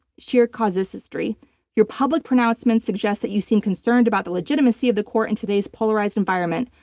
sheer casuistry. your public pronouncements suggest that you seem concerned about the legitimacy of the court in today's polarized environment.